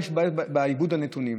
יש בעיות בעיבוד הנתונים.